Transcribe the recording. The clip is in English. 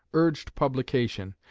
urged publication,